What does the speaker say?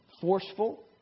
forceful